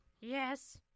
Yes